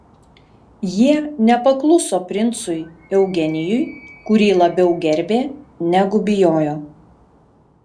jie nepakluso princui eugenijui kurį labiau gerbė negu bijojo